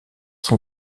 son